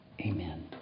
amen